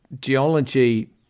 Geology